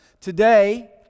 Today